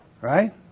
right